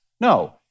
No